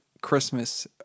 Christmas